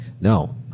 no